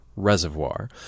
reservoir